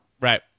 right